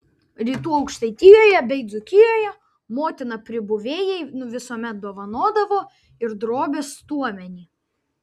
rytų aukštaitijoje bei dzūkijoje motina pribuvėjai visuomet dovanodavo ir drobės stuomenį